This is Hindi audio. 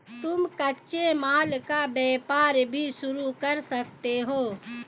तुम कच्चे माल का व्यापार भी शुरू कर सकते हो